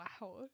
wow